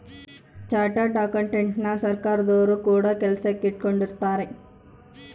chartered ಅಕೌಂಟೆಂಟನ ಸರ್ಕಾರದೊರು ಕೂಡ ಕೆಲಸಕ್ ಇಟ್ಕೊಂಡಿರುತ್ತಾರೆ